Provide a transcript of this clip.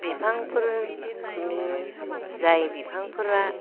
बिफांफोरनि जाय बिफांफोरा